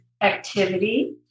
activity